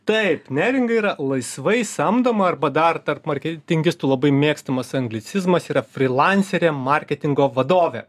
taip neringa yra laisvai samdoma arba dar tarp marketingistų labai mėgstamas anglicizmas yra frilanserė marketingo vadovė